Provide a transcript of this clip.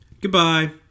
Goodbye